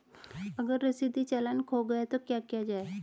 अगर रसीदी चालान खो गया तो क्या किया जाए?